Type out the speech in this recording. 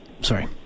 Sorry